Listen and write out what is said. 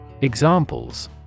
examples